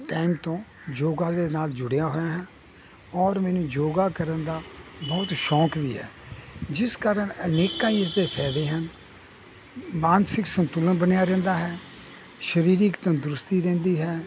time ਤੋਂ ਯੋਗਾ ਦੇ ਨਾਲ ਜੁੜਿਆ ਹੋਇਆ ਹਾਂ ਔਰ ਮੈਨੂੰ ਯੋਗਾ ਕਰਨ ਦਾ ਬਹੁਤ ਸ਼ੌਂਕ ਵੀ ਹੈ ਜਿਸ ਕਾਰਨ ਅਨੇਕਾਂ ਹੀ ਇਸ ਦੇ ਫਾਇਦੇ ਹਨ ਮਾਨਸਿਕ ਸੰਤੁਲਨ ਬਣਿਆ ਰਹਿੰਦਾ ਹੈ ਸਰੀਰਕ ਤੰਦਰੁਸਤੀ ਰਹਿੰਦੀ ਹੈ